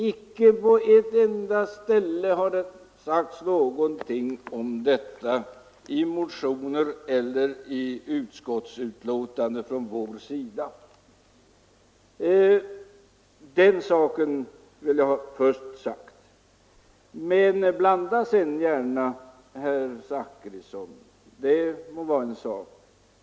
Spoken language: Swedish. Icke på ett enda ställe har det sagts någonting sådant från vår sida i motionerna eller i utskottsbetänkandet. Detta vill jag först slå fast. Men blanda sedan gärna de olika inslagen, herr Zachrisson.